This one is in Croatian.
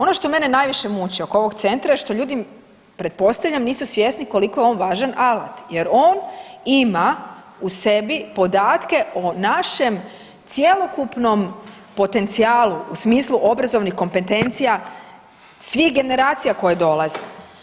Ono što mene najviše muči oko ovog centra je što ljudi pretpostavljam nisu svjesni koliko je on važan alat jer on ima u sebi podatke o našem cjelokupnom potencijalom u smislu obrazovnih kompetencija svih generacija koje dolaze.